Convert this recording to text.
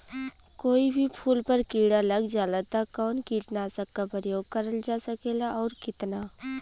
कोई भी फूल पर कीड़ा लग जाला त कवन कीटनाशक क प्रयोग करल जा सकेला और कितना?